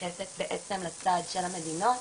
שמתייחסת בעצם לצד של המדינות.